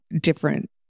different